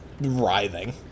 Writhing